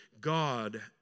God